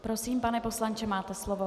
Prosím, pane poslanče, máte slovo.